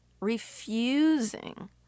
refusing